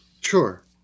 Sure